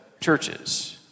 churches